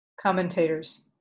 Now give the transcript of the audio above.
commentators